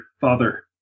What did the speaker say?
father